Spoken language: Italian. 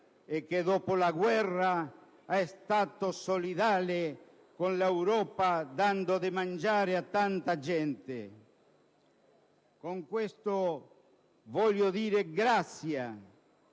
e, dopo la guerra, è stata solidale con l'Europa dando da mangiare a tanta gente. Con questo voglio dire grazie